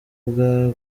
bwo